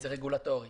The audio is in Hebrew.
זה רגולטורי.